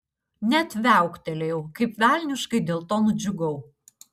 net viauktelėjau kaip velniškai dėl to nudžiugau